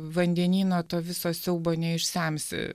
vandenyno to viso siaubo neišsemsi